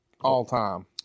all-time